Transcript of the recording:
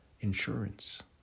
insurance